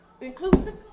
Inclusive